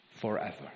forever